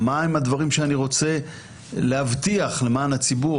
מהם הדברים שאני רוצה להבטיח למען הציבור,